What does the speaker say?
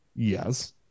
Yes